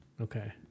Okay